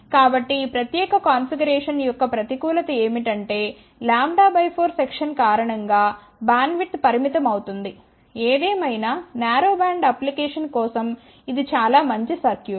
కాబట్టి ఈ ప్రత్యేక కాన్ఫిగరేషన్ యొక్క ప్రతికూలత ఏమిటంటే λ 4 సెక్షన్ కారణం గా బ్యాండ్విడ్త్ పరిమితం అవుతుంది ఏదేమైనా నారో బ్యాండ్ అప్లికేషన్ కోసం ఇది చాలా మంచి సర్క్యూట్